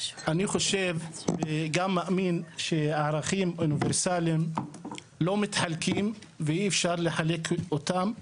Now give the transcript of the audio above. אני חושב וגם מאמין שערכים אוניברסליים לא מתחלקים ואי אפשר לחלק אותם,